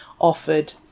offered